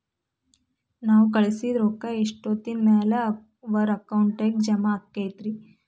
ನಾವು ಕಳಿಸಿದ್ ರೊಕ್ಕ ಎಷ್ಟೋತ್ತಿನ ಮ್ಯಾಲೆ ಅವರ ಅಕೌಂಟಗ್ ಜಮಾ ಆಕ್ಕೈತ್ರಿ?